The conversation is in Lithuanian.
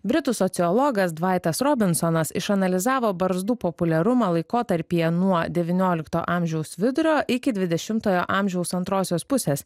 britų sociologas dvaitas robinsonas išanalizavo barzdų populiarumą laikotarpyje nuo devyniolikto amžiaus vidurio iki dvidešimtojo amžiaus antrosios pusės